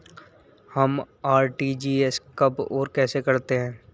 हम आर.टी.जी.एस कब और कैसे करते हैं?